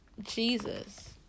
Jesus